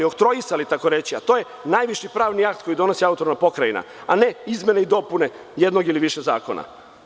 Oktroisali, tako reći, a to je najviši pravni akt koji donosi autonomna pokrajina, a ne izmene i dopune jednog ili više zakona.